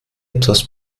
etwas